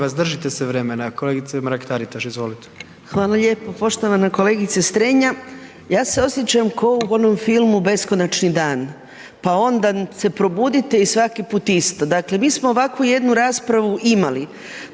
Hvala lijepo. Poštovana kolegice Strenja, ja se osjećam ko u onom filmu „Beskonačni dan“, pa onda se probuditi i svaki put isto. Dakle, mi smo ovakvu jednu raspravu imali,